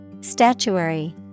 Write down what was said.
Statuary